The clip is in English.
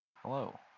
Hello